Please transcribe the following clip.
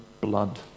blood